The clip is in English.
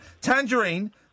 Tangerine